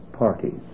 Parties